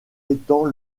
étant